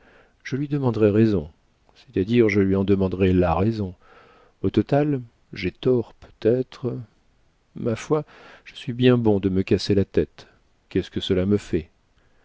je lui demanderai raison c'est-à-dire je lui en demanderai la raison au total j'ai tort peut-être ma foi je suis bien bon de me casser la tête qu'est-ce que cela me fait